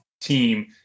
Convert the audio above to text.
team